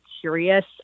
curious